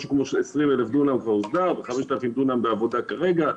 משהו כמו 20,00 דונם כבר הוסדרו ו-5,000 דונם בעבודה כרגע.